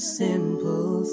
simple